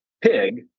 pig